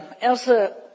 Elsa